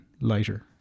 lighter